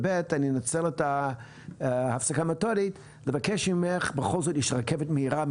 וב' אני אנצל את ההפסקה המתודית כדי לבקש ממך: בכל זאת יש רכבת מהירה,